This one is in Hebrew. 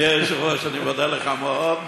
אדוני היושב-ראש, אני מודה לך מאוד.